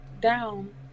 down